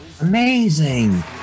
Amazing